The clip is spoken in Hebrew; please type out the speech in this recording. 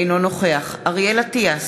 אינו נוכח אריאל אטיאס,